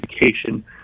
education